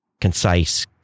concise